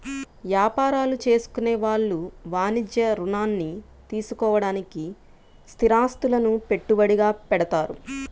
యాపారాలు చేసుకునే వాళ్ళు వాణిజ్య రుణాల్ని తీసుకోడానికి స్థిరాస్తులను పెట్టుబడిగా పెడతారు